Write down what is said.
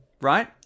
right